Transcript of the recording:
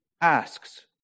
asks